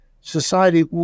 society